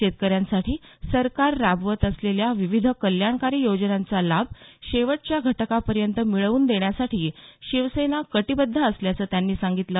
शेतकऱ्यांसाठी सरकार राबवत असलेल्या विविध कल्याणकारी योजनांचा लाभ शेवटच्या घटकापर्यँत मिळवून देण्यासाठी शिवसेना कटीबध्द असल्याचं त्यांनी सांगितलं